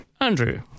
Andrew